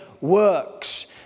works